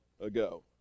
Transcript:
ago